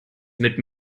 mit